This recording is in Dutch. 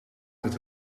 het